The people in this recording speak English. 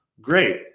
great